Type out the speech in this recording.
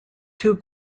two